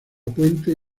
puente